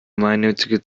gemeinnützige